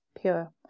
Pure